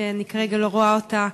שאני כרגע לא רואה אותה.